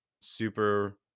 Super